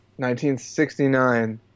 1969